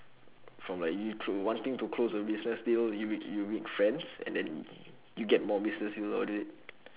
from like you clos~ wanting to close a business deal you make you make friends and then you get more business deal out of it